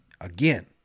again